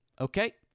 okay